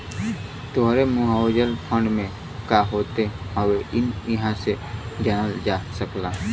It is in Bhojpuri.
तोहरे म्युचुअल फंड में का होत हौ यहु इहां से जानल जा सकला